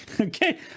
okay